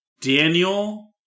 Daniel